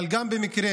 אבל גם במקרה